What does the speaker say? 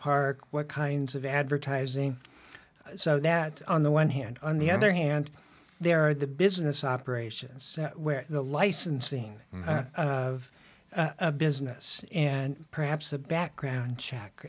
park what kinds of advertising so that on the one hand on the other hand there are the business operations where the licensing of a business and perhaps a background